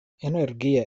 energie